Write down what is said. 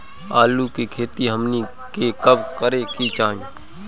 आलू की खेती हमनी के कब करें के चाही?